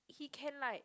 he can like